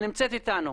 קצת סבלנות